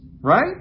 right